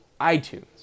iTunes